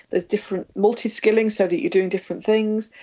there's different multiskilling so that you're doing different things.